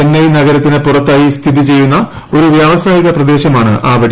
ചെന്നൈ നഗരത്തിന് പുറത്തായി സ്ഥിതിചെയ്യുന്ന ഒരു വൃവസായിക പ്രദേശമാണ് ആവടി